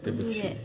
对不起